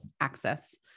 access